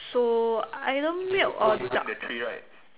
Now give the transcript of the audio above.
so either milk or dark